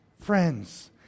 friends